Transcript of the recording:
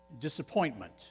disappointment